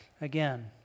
again